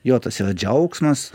jo tas yra džiaugsmas